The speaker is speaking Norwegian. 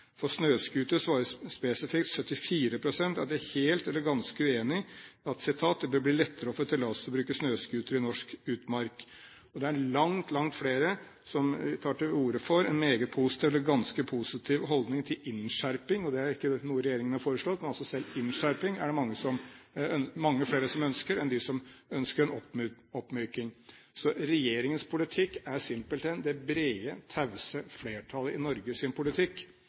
bruke snøscooter i norsk utmark». Det er langt, langt flere som tar til orde for en meget positiv eller ganske positiv holdning til innskjerping. Det er ikke noe regjeringen har foreslått, men selv innskjerping er det mange flere som ønsker enn de som ønsker en oppmyking. Så regjeringens politikk er simpelthen en politikk for det brede, tause flertallet i Norge,